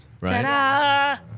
right